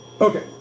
Okay